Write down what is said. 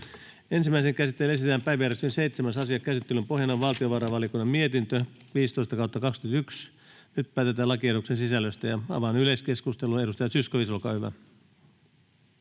Ensimmäiseen käsittelyyn esitellään päiväjärjestyksen 7. asia. Käsittelyn pohjana on valtiovarainvaliokunnan mietintö VaVM 15/2021 vp. Nyt päätetään lakiehdotuksen sisällöstä. — Avaan yleiskeskustelun. Edustaja Zyskowicz, olkaa hyvä.